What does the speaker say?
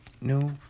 no